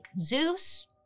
Zeus